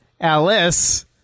Alice